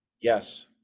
yes